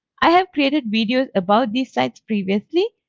i have created videos about these sites previously,